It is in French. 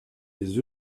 les